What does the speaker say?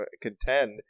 contend